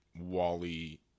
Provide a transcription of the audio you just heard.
Wally